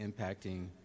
impacting